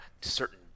certain